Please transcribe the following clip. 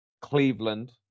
Cleveland